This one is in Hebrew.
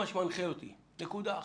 נקודה.